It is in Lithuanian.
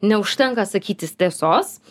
neužtenka sakyti tiesos